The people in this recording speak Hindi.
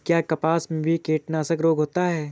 क्या कपास में भी कीटनाशक रोग होता है?